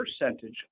percentage